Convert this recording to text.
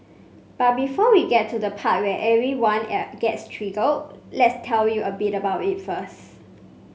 but before we get to the part where everyone gets triggered let's tell you a bit about it first